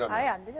i ah